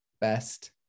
best